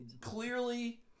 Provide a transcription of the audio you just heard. Clearly